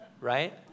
right